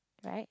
right